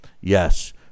yes